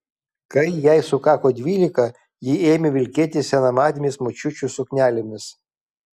kai jai sukako dvylika ji ėmė vilkėti senamadėmis močiučių suknelėmis